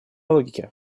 логике